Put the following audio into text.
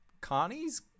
Connie's